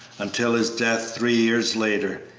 until his death three years later.